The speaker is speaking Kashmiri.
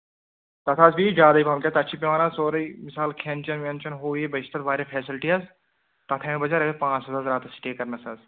تَتھ حظ بیٚیہِ زیادَے پَہم کیٛازِ تَتھ چھِ پٮ۪وان اَز سورُے مِثال کھٮ۪ن چٮ۪ن وٮ۪ن چٮ۪ن ہُہ یہِ بَیٚیہِ چھِ تَتھ واریاہ فیسَلٹی حظ تَتھ آیِوٕ بجایہِ رۄپیہِ پانٛژھ حظ راتَس سِٹے کَرنَس حظ